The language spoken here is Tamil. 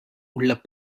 உள்ள